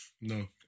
No